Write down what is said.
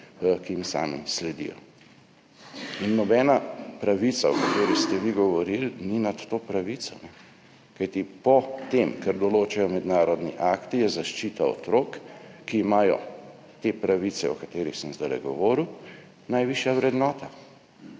ki jim sami sledijo. In nobena pravica, o kateri ste vi govorili, ni nad to pravico, kajti po tem, kar določajo mednarodni akti, je zaščita otrok, ki imajo te pravice, o katerih sem zdajle govoril, najvišja vrednota.